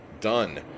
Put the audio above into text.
done